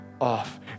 off